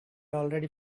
already